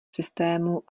systému